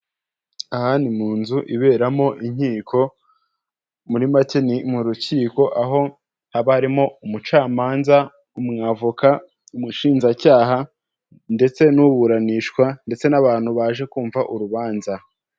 Aha ni mu nzu iberamo inkiko, muri make ni mu rukiko, aho haba harimo umucamanza, umwavoka, umushinjacyaha, ndetse n'iburanishwa, ndetse n'abantu baje kumva urubanza.